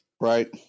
Right